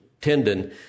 tendon